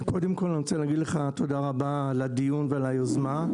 קודם כל אני רוצה להגיד לך תודה רבה על הדיון ועל היוזמה,